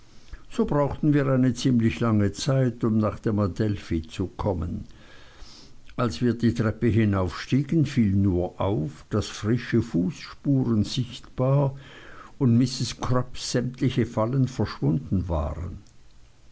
so brauchten wir eine ziemlich lange zeit um nach dem adelphi zu kommen als wir die treppe hinaufstiegen fiel nur auf daß frische fußspuren sichtbar und mrs crupps sämtliche fallen verschwunden waren